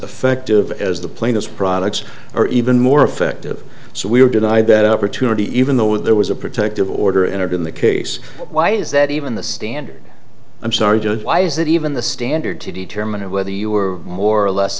effective as the plaintiffs products or even more effective so we were denied that opportunity even though there was a protective order entered in the case why is that even the standard i'm sorry judge why is that even the standard to determine whether you are more or less